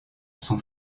sont